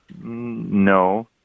no